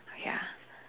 ya